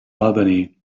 albany